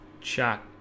chat